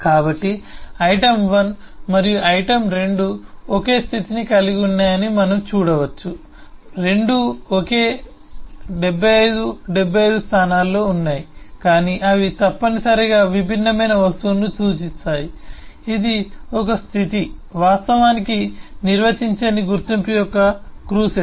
కాబట్టి ఐటెమ్ 1 మరియు ఐటెమ్ 2 ఒకే స్థితిని కలిగి ఉన్నాయని మనం చూడవచ్చు రెండూ ఒకే 75 75 స్థానాల్లో ఉన్నాయి కానీ అవి తప్పనిసరిగా విభిన్నమైన వస్తువును సూచిస్తాయి ఇది ఒక స్థితి వాస్తవానికి నిర్వచించని గుర్తింపు యొక్క క్రూసెస్